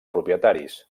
propietaris